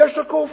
יהיה שקוף.